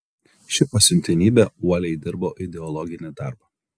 ši pasiuntinybė uoliai dirbo ideologinį darbą